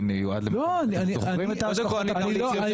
זוכרים את ההשלכות הפוליטיות?